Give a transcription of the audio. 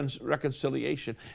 reconciliation